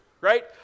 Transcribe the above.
right